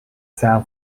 san